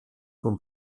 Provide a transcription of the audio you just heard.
con